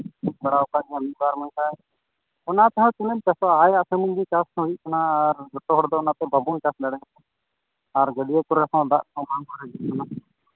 ᱡᱩᱛ ᱵᱟᱲᱟᱣ ᱢᱤᱫ ᱵᱟᱨ ᱢᱮᱱᱠᱷᱟᱱ ᱚᱱᱟ ᱛᱮᱦᱚᱸ ᱛᱤᱱᱟᱹᱜ ᱮᱢ ᱪᱟᱥᱚᱜᱼᱟ ᱪᱟᱥ ᱦᱚᱸ ᱦᱩᱭᱩᱜ ᱠᱟᱱᱟ ᱟᱨ ᱡᱚᱛᱚ ᱦᱚᱲ ᱫᱚ ᱚᱱᱟᱫᱚ ᱵᱟᱵᱚᱱ ᱪᱟᱥ ᱫᱟᱲᱮᱭᱟᱜ ᱟᱨ ᱵᱟᱹᱞᱭᱟᱹ ᱠᱚᱨᱮᱫ ᱦᱚᱸ ᱫᱟᱜ ᱵᱟᱝ ᱛᱟᱦᱮᱱ ᱠᱟᱱᱟ